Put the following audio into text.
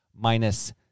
minus